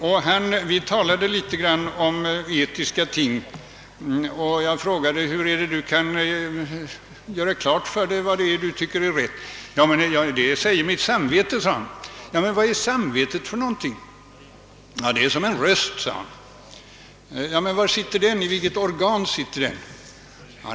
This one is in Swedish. Ibland talade vi båda litet om etiska ting, och jag frågade hur han kunde göra klart för sig vad som är rätt. Han svarade då: Det säger mig mitt samvete. Vad är då samvetet för någonting, frågade jag, varpå han svarade att det är en röst. I vilket organ sitter det, fortsatte jag?